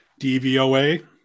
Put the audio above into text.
dvoa